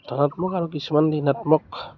ধনাত্মক আৰু কিছুমান ঋণাত্মক